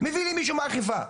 מביאים לי מישהו מהאכיפה.